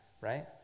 right